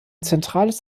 zentrales